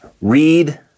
read